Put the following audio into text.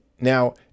now